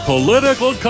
Political